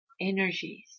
energies